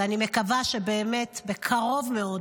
ואני מקווה שבקרוב מאוד,